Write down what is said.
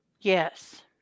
Yes